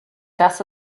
das